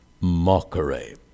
mockery